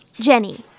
jenny